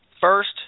first